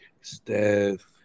Steph